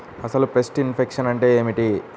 అసలు pest infection అంటే ఏమిటి?